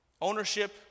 ownership